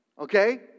Okay